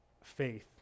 faith